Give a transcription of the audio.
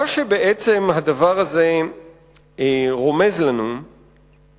מה שבעצם אנחנו למדים מכך הוא